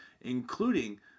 including